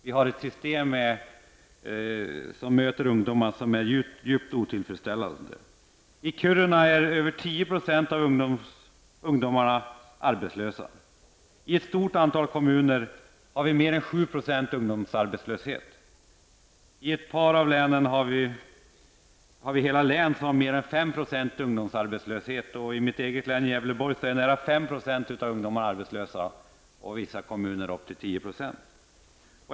Vi har ett system att möta ungdomar som är djupt otillfredsställande. I Kiruna är över 10 % av ungdomarna arbetslösa. Ett stort antal kommuner har mer än 7 % ungdomsarbetslöshet. I ett par fall har hela län 5 % ungdomsarbetslöshet. I mitt eget län, Gävleborg, är nära 5 % av ungdomarna arbetslösa, i vissa kommuner upp till 10 %.